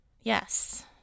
Yes